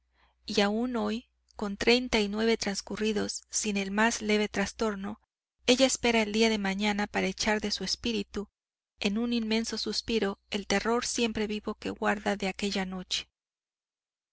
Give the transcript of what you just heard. y aún hoy con treinta y nueve transcurridos sin el más leve trastorno ella espera el día de mañana para echar de su espíritu en un inmenso suspiro el terror siempre vivo que guarda de aquella noche